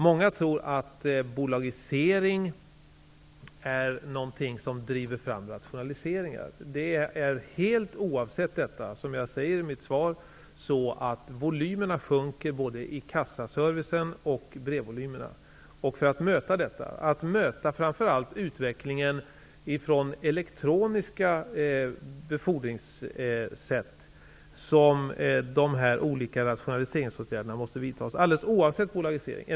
Många tror att bolagisering är någonting som driver fram rationaliseringar. Som jag säger i mitt svar sjunker volymerna helt oavsett en sådan både vad avser kassaservicen och antalet brev. Det är för att framför allt möta utvecklingen av elektroniska befordringssätt som dessa olika rationaliseringsåtgärder måste vidtas, alldeles oavsett bolagiseringen.